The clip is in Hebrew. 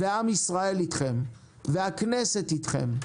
ועם ישראל אתכם, והכנסת אתכם.